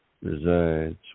resides